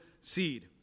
seed